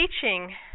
teaching